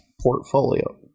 portfolio